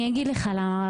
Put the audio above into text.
אני אגיד לך למה.